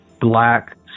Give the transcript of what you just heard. black